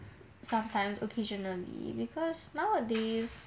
sometimes occasionally because nowadays